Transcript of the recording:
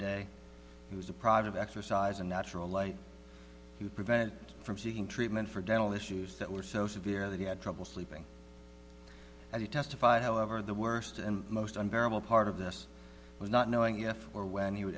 day he was deprived of exercise and natural light to prevent from seeking treatment for dental issues that were so severe that he had trouble sleeping and he testified however the worst and most unbearable part of this was not knowing if or when he would